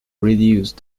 reduce